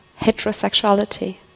heterosexuality